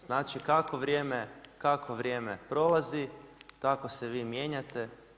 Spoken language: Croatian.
Znači, kako vrijeme prolazi tako se vi mijenjate.